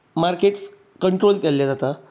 तातूंत market control केल्लें जाता